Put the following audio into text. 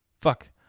Fuck